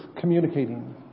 communicating